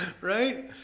right